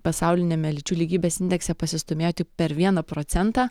pasauliniame lyčių lygybės indekse pasistūmėjo tik per vieną procentą